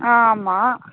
ஆ ஆமாம்